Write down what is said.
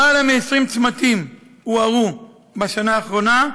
יותר מ-20 צמתים הוארו בשנה האחרונה,